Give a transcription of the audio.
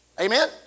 amen